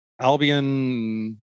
Albion